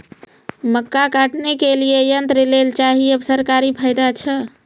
मक्का काटने के लिए यंत्र लेल चाहिए सरकारी फायदा छ?